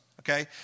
okay